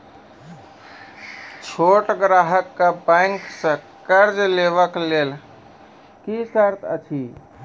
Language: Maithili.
छोट ग्राहक कअ बैंक सऽ कर्ज लेवाक लेल की सर्त अछि?